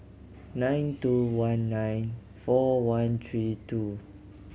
nine two one nine four one three two